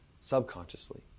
subconsciously